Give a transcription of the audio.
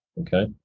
Okay